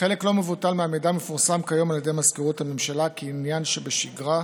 חלק לא מבוטל מהמידע מפורסם כיום על ידי מזכירות הממשלה כעניין שבשגרה.